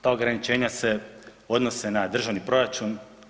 Ta ograničenja se odnose na državni proračun.